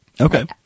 Okay